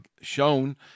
shown